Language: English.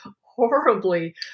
horribly